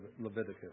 Leviticus